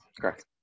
Correct